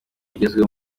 igezweho